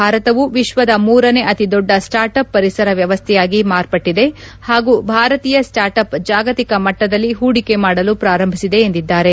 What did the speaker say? ಭಾರತವು ವಿಶ್ವದ ಮೂರನೇ ಅತಿದೊಡ್ಡ ಸ್ಲಾರ್ಟ್ ಅಪ್ ಪರಿಸರ ವ್ಯವಸ್ಥೆಯಾಗಿ ಮಾರ್ಪಟ್ಟದೆ ಹಾಗೂ ಭಾರತೀಯ ಸ್ಪಾರ್ಟ್ ಅಪ್ ಜಾಗತಿಕ ಮಟ್ಟದಲ್ಲಿ ಹೂಡಿಕೆ ಮಾಡಲು ಪಾರಂಭಿಸಿದೆ ಎಂದಿದ್ದಾರೆ